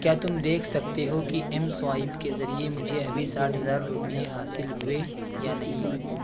کیا تم دیکھ سکتے ہو کہ ایم سوائیپ کے ذریعے مجھے ابھی ساٹھ ہزار روپئے حاصل ہوئے یا نہیں